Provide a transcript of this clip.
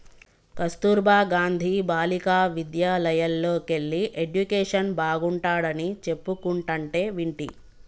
కస్తుర్బా గాంధీ బాలికా విద్యాలయల్లోకెల్లి ఎడ్యుకేషన్ బాగుంటాడని చెప్పుకుంటంటే వింటి